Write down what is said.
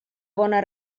bona